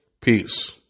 Peace